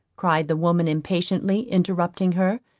cried the woman impatiently interrupting her,